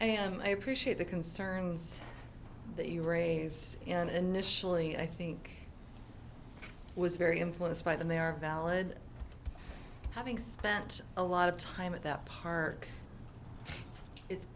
and i appreciate the concerns that you raise in initially i think was very influenced by them they are valid having spent a lot of time at that park it's